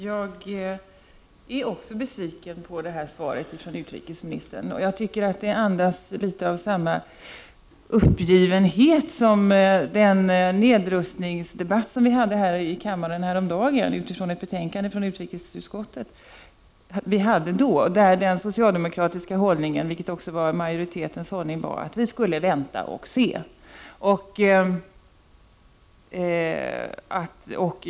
Herr talman! Också jag är besviken på svaret från utrikesministern. Jag tycker att det andas något av samma uppgivenhet som den nedrustningsdebatt som vi hade här i kammaren häromdagen utifrån ett betänkande från utrikesutskottet, där den socialdemokratiska hållningen — vilken också var majoritetens — var att vi skulle vänta och se.